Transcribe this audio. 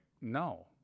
No